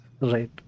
right